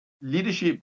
Leadership